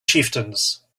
chieftains